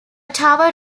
tower